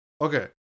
okay